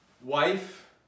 wife